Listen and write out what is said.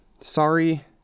Sorry